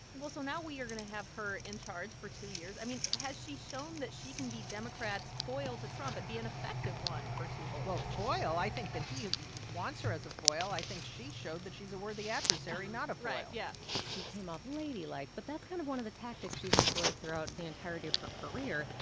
so now, we are going to have her in charge for two years. i mean, has she shown that she can be democrats' foil to trump and be an effective one for two whole years? well, foil, i think that he wants her as a foil. i think she showed that she's a worthy adversary, not a foil yeah she came off ladylike, but that's kind of one of the tactics she's employed throughout the entirety of her career.